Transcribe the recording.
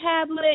tablet